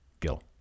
Gil